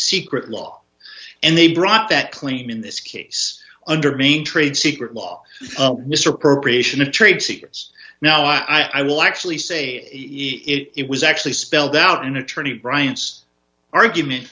secret law and they brought that claim in this case under mean trade secret law misappropriation a trade secrets now i will actually say it was actually spelled out in attorney bryant's argument